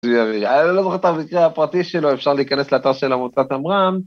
אני לא זוכר את המקרה הפרטי שלו, אפשר להיכנס לאתר של עמותת עמרן